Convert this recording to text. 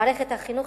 מערכת החינוך,